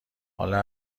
حالم